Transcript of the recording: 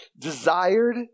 desired